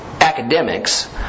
academics